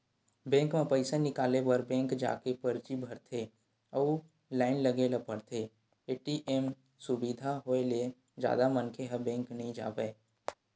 bank म पइसा निकाले बर बेंक जाके परची भरथे अउ लाइन लगे ल परथे, ए.टी.एम सुबिधा होय ले जादा मनखे ह बेंक नइ जावय